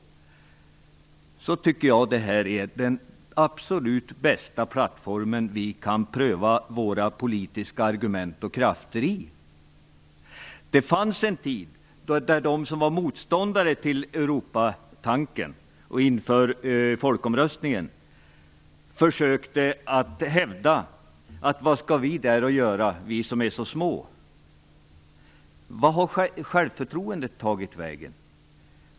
Nu när vi är med i EU tycker jag att det är den absolut bästa plattformen för oss att pröva våra politiska argument och krafter på. Det fanns en tid, inför folkomröstningen, då motståndarna till Europatanken ställde frågan: Vad skall vi göra där ute, vi som är så små? Vart hade självförtroendet tagit vägen?